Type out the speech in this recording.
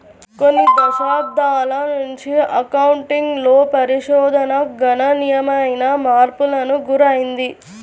కొన్ని దశాబ్దాల నుంచి అకౌంటింగ్ లో పరిశోధన గణనీయమైన మార్పులకు గురైంది